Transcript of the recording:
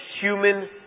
human